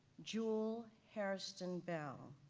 jewel hairston bell,